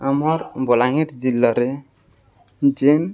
ଆମର୍ ବଲାଙ୍ଗୀର ଜିଲ୍ଲାରେ ଯେନ୍